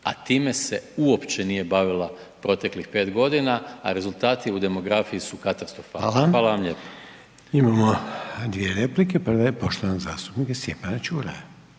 a time se uopće nije bavila proteklih 5 godina a rezultati u demografiji su katastrofalni. Hvala vam lijepa. **Reiner, Željko (HDZ)** Hvala. Imamo dvije replike, prva je poštovanog zastupnika Stjepana Čuraja.